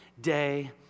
day